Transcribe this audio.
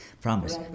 promise